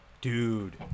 Dude